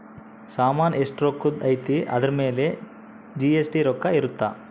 ಸಾಮನ್ ಎಸ್ಟ ರೊಕ್ಕಧ್ ಅಯ್ತಿ ಅದುರ್ ಮೇಲೆ ಜಿ.ಎಸ್.ಟಿ ರೊಕ್ಕ ಇರುತ್ತ